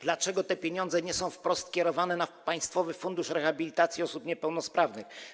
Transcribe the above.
Dlaczego te pieniądze nie są wprost kierowane na Państwowy Fundusz Rehabilitacji Osób Niepełnosprawnych?